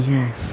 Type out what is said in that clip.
Yes